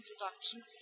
introduction